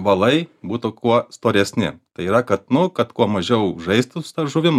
volai būtų kuo storesni tai yra kad nu kad kuo mažiau žaistų su ta žuvim